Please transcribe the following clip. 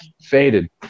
faded